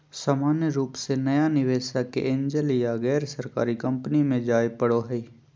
सामान्य रूप से नया निवेशक के एंजल या गैरसरकारी कम्पनी मे जाय पड़ो हय